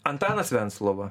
antanas venclova